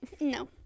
No